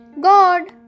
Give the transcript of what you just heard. God